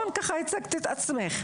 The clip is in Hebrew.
כך הצגת את עצמך.